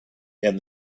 and